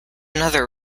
another